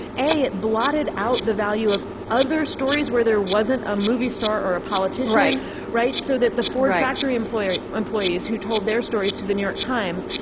a it blotted out the value of other stories where there wasn't a movie star or a politician, like so that the ford factory employees employees who told their stories to the new york times,